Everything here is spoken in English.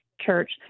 church